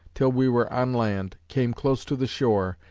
till we were on land, came close to the shore,